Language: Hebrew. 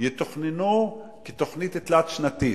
יתוכננו כתוכנית תלת-שנתית.